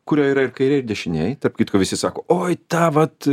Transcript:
kurio yra ir kairėj ir dešinėj tarp kitko visi sako oi tą vat